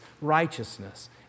righteousness